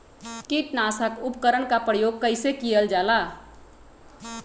किटनाशक उपकरन का प्रयोग कइसे कियल जाल?